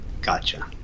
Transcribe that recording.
Gotcha